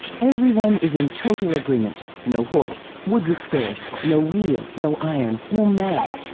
everyone is in total agreement no horse, wood was scarce, no wheel, no iron, no math,